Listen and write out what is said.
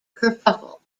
kerfuffle